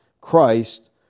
Christ